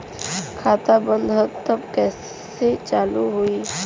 खाता बंद ह तब कईसे चालू होई?